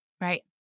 Right